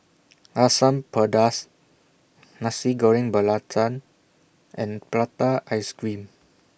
Asam Pedas Nasi Goreng Belacan and Prata Ice Cream